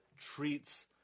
treats